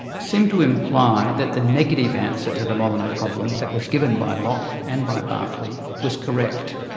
seemed to imply that the negative answer to the molyneux problem that was given by locke, and by berkeley, was correct.